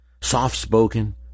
Soft-spoken